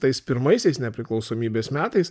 tais pirmaisiais nepriklausomybės metais